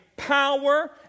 power